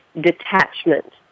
detachment